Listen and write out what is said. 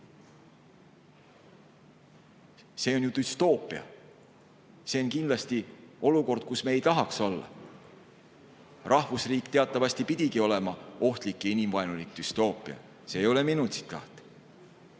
See on ju düstoopia. See on kindlasti olukord, kus me ei tahaks olla. Rahvusriik teatavasti pidigi olema ohtlik ja inimvaenulik düstoopia. See ei ole minu tsitaat.